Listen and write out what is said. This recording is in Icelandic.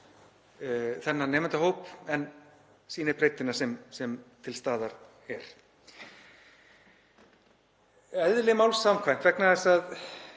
þennan nemendahóp en þetta sýnir breiddina sem til staðar er. Eðli máls samkvæmt, vegna þess að